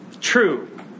True